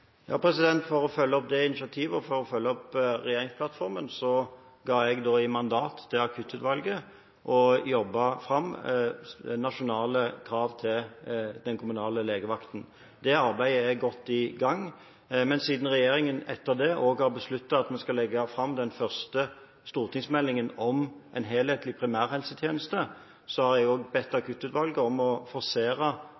For å følge opp det initiativet og for å følge opp regjeringsplattformen ga jeg da Akuttutvalget mandat til å jobbe fram nasjonale krav til den kommunale legevakten. Det arbeidet er godt i gang. Men siden regjeringen etter det også har besluttet at vi skal legge fram den første stortingsmeldingen om en helhetlig primærhelsetjeneste, har jeg også bedt